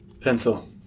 Pencil